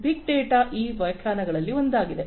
big data ದ ಈ ವ್ಯಾಖ್ಯಾನಗಳಲ್ಲಿ ಒಂದಾಗಿದೆ